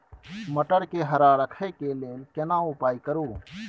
मटर के हरा रखय के लिए केना उपाय करू?